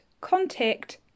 contact